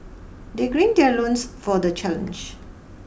they grin their loins for the challenge